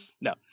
no